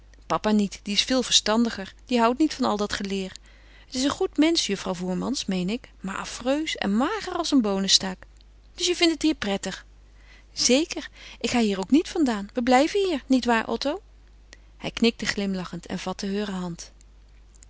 papa niet die is veel verstandiger die houdt niet van al dat geleer het is een goed mensch juffrouw voermans meen ik maar affreus en mager als een boonenstaak dus je vindt het hier prettig zeker ik ga hier ook niet vandaan we blijven hier nietwaar otto hij knikte glimlachend en vatte heure hand